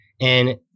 And-